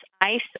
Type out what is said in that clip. ICE